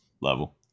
level